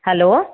hello